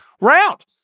round